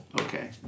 Okay